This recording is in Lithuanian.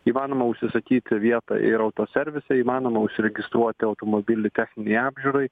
įmanoma užsisakyti vietą ir autoservise įmanoma užsiregistruoti automobilių techninei apžiūrai